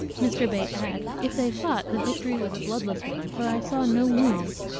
mr. bate adds, if they fought, the victory was a bloodless one, for i saw no wounds.